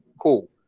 Cool